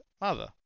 mother